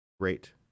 Great